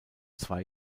zwei